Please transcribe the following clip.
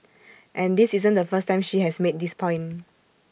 and this isn't the first time she has made this point